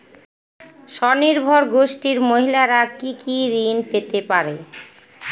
স্বনির্ভর গোষ্ঠীর মহিলারা কি কি ঋণ পেতে পারে?